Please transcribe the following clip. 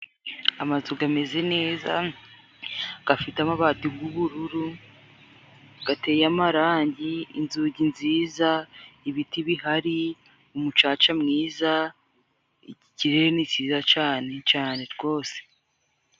Amazu gameze neza, gafite amabati g'ubururu, gateye amarangi, inzugi nziza, ibiti bihari, umucaca mwiza, ikirere ni cyiza cane cane rwose.